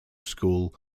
school